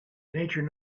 nature